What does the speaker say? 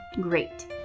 great